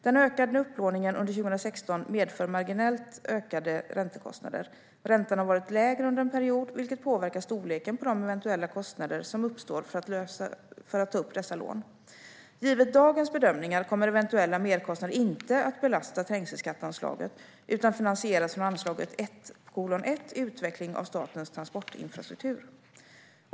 Den ökade upplåningen under 2016 medför marginellt ökade räntekostnader. Räntan har varit lägre under en period, vilket påverkar storleken på de eventuella kostnader som uppstår för att ta upp dessa lån. Givet dagens bedömningar kommer eventuella merkostnader inte att belasta trängelskatteanslagen utan finansieras från anslaget 1:1 Utveckling av statens transportinfrastruktur.